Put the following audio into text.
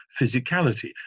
physicality